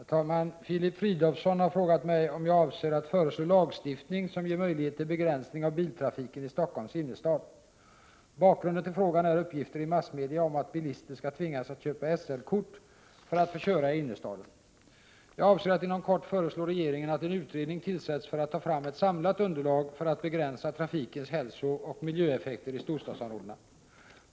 Herr talman! Filip Fridolfsson har frågat mig om jag avser att föreslå lagstiftning som ger möjlighet till begränsning av biltrafiken i Stockholms innerstad. Bakgrunden till frågan är uppgifter i massmedia om att bilister skall tvingas att köpa SL-kort för att få köra i innerstaden. Jag avser att inom kort föreslå regeringen att en utredning tillsätts för att ta fram ett samlat underlag för att begränsa trafikens hälsooch miljöeffekter i storstadsområdena.